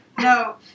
No